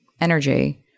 energy